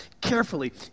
carefully